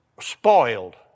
spoiled